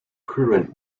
current